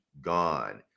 gone